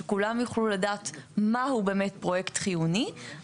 שכולם יוכלו לדעת מהו באמת פרויקט חיוני,